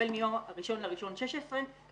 כלומר החל מ-1 בינואר 2016,